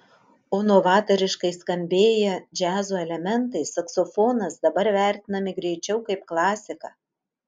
o novatoriškai skambėję džiazo elementai saksofonas dabar vertinami greičiau kaip klasika